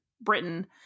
Britain